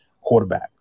quarterback